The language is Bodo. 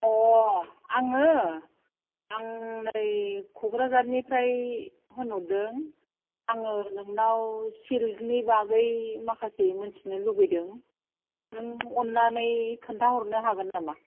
अ आङो आं नै क'क्राझारनिफ्राय होनहरदों आङो नोंनाव सिल्कनि बागै माखासे मोनथिनो लुबैदों नों अन्नानै खोनथाहरनो हागोन नामा